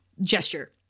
gesture